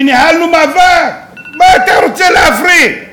וניהלנו מאבק: מה, אתה רוצה להפריד?